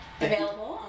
Available